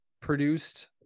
produced